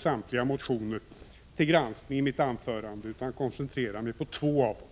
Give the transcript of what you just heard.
samtliga motioner till granskning i mitt anförande, utan koncentrera mig på två av dem.